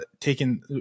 taking